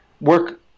work